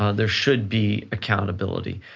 um there should be accountability.